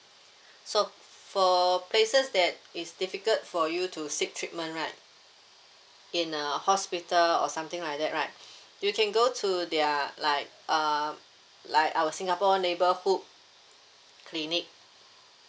so for places that is difficult for you to seek treatment right in a hospital or something like that right you can go to their like uh like our singapore neighbourhood clinic